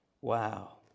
wow